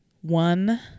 one